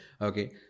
Okay